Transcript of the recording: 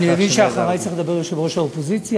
אני מבין שאחרי צריך לדבר יושב-ראש האופוזיציה.